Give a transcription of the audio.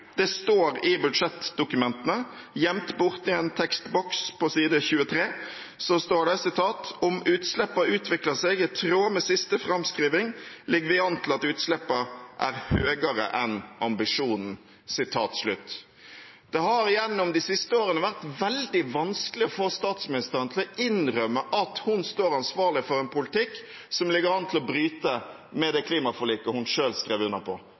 Det står i budsjettdokumentene. Gjemt bort i en tekstboks på side 23 står det: «Om utsleppa utviklar seg i tråd med siste framskriving, ligg vi an til at utsleppa er høgare enn ambisjonen.» Det har gjennom de siste årene vært veldig vanskelig å få statsministeren til å innrømme at hun står ansvarlig for en politikk som ligger an til å bryte med det klimaforliket hun selv skrev under på.